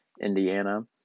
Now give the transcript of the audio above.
Indiana